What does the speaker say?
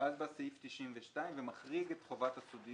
ואז בא סעיף 92 ומחריג את חובת הסודיות